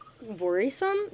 worrisome